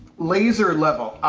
laser level.